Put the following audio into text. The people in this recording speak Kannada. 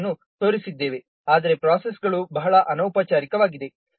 19 ಅನ್ನು ತೋರಿಸಿದ್ದೇವೆ ಆದರೆ ಪ್ರೋಸೆಸ್ಗಳು ಬಹಳ ಅನೌಪಚಾರಿಕವಾಗಿವೆ